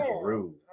rude